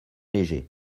léger